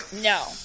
No